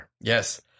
Yes